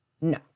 No